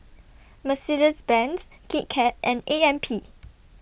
Mercedes Benz Kit Kat and A M P